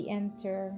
enter